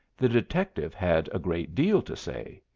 the detective had a great deal to say.